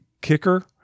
kicker